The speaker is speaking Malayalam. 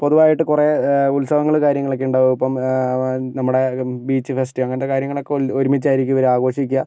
പൊതുവായിട്ട് കുറെ ഉത്സവങ്ങള് കാര്യങ്ങളൊക്കെ ഉണ്ടാവും ഇപ്പം നമ്മുടെ ബീച്ച് ഫെസ്റ്റ് അങ്ങനത്തെ കാര്യങ്ങളൊക്കെ ഒരുമിച്ചായിരിക്കും ഇവരാഘോഷിക്കുക